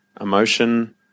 emotion